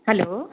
hello